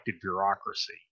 bureaucracy